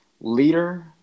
leader